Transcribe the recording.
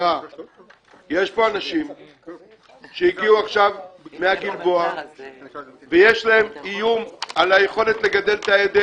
יש פה אנשים שהגיעו עכשיו מהגלבוע ויש להם איום על יכולת גידול העדר